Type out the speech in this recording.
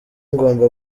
ngomba